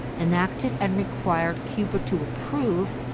enacted, and required cuba to approve,